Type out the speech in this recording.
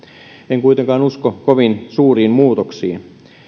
en kuitenkaan usko kovin suuriin muutoksiin